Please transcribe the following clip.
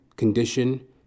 condition